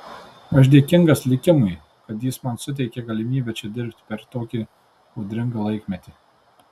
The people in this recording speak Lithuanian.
aš dėkingas likimui kad jis man suteikė galimybę čia dirbti per tokį audringą laikmetį